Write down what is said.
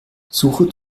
suche